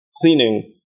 cleaning